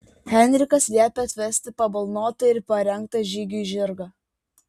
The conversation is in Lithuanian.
henrikas liepia atvesti pabalnotą ir parengtą žygiui žirgą